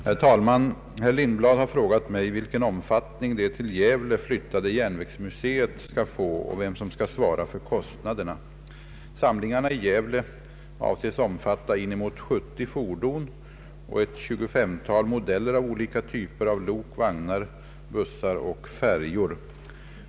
Herr talman! Herr Lindblad har frågat mig vilken omfattning det till Gävle flyttade järnvägsmuseet skall få och vem som skall svara för kostnaderna. Samlingarna i Gävle avses omfatta inemot 70 fordon och ett tjugofemtal modeller av olika typer av lok, vagnar, bussar och färjor.